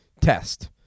test